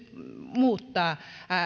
muuttaa